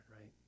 right